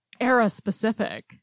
era-specific